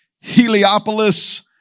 Heliopolis